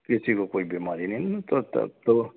किसी को कोई बीमारी नहीं है तो तो तो